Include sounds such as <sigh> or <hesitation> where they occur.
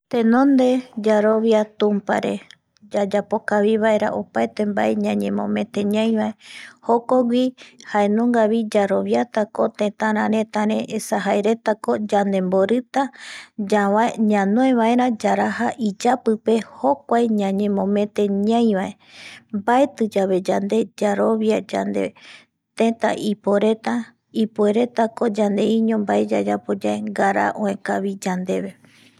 Tenonde yarovia <noise> tumpare yayapo kavivaera opaete mbae yayapo ñaivae jokogui yaroviatako tetararetare esa jaeretako yande mborita <hesitation> ñavae yaraja iyapipe jokuae ñañemomete ñai vae mabetiyave yande yarovia yande tetaiporeta ipueretako yande iño mbe yayapo yae ngaraa oekavi yandeve